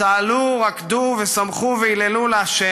צהלו רקדו ושמחו והללו לה'